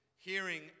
hearing